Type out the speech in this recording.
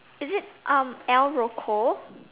is it um El-Roco